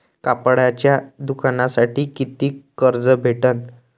कापडाच्या दुकानासाठी कितीक कर्ज भेटन?